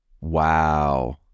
Wow